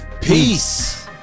peace